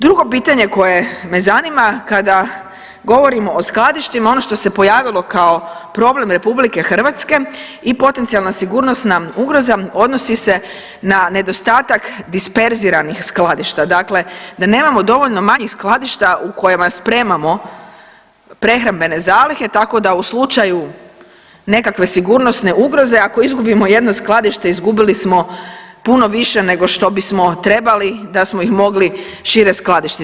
Drugo pitanje koje me zanima kada govorimo o skladištima, ono što se pojavilo kao problem RH i potencijalna sigurnosna ugroza odnosni se na nedostatak disperziranih skladišta, dakle da nemamo dovoljno manjih skladišta u kojima spremamo prehrambene zalihe tako da u slučaju nekakve sigurnosne ugroze, ako izgubimo jedno skladište, izgubili smo puno više nego što bismo trebali da smo ih mogli šire skladištiti.